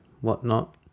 whatnot